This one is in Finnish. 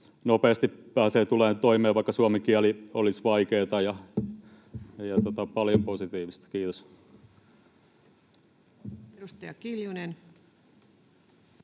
nopeasti pääsee tulemaan toimeen, vaikka suomen kieli olisi vaikeata, ja on paljon positiivista. — Kiitos.